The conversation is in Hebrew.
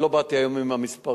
לא באתי היום עם המספרים.